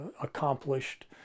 accomplished